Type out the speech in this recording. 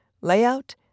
Layout